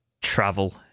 travel